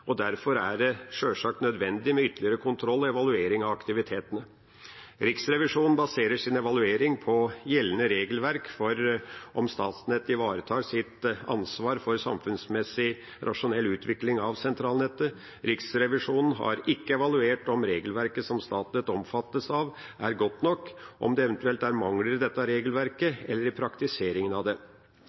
og 2025, og derfor er det sjølsagt nødvendig med ytterligere kontroll og evaluering av aktivitetene. Riksrevisjonen baserer sin evaluering på gjeldende regelverk for om Statnett ivaretar sitt ansvar for samfunnsmessig rasjonell utvikling av sentralnettet. Riksrevisjonen har ikke evaluert om regelverket som Statnett omfattes av, er godt nok, om det eventuelt er mangler i dette regelverket eller i praktiseringen av det.